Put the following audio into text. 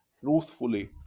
truthfully